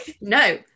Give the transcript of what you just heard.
No